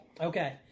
Okay